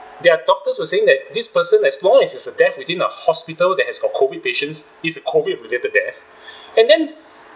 their doctors were saying that this person as long as is a death within a hospital that has got COVID patients is a COVID-related death and then